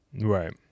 right